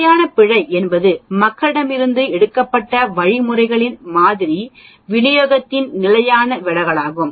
நிலையான பிழை என்பது மக்களிடமிருந்து எடுக்கப்பட்ட வழிமுறைகளின் மாதிரி விநியோகத்தின் நிலையான விலகலாகும்